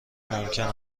ممکن